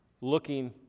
looking